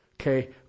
Okay